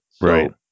Right